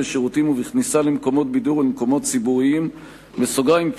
בשירותים ובכניסה למקומות בידור ולמקומות ציבוריים (תיקון,